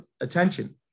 attention